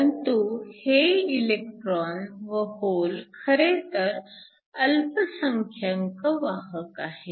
परंतु हे इलेक्ट्रॉन व होल खरेतर अल्पसंख्यांक वाहक आहेत